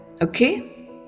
okay